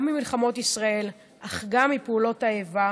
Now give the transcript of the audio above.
גם ממלחמות ישראל אך גם מפעולות האיבה,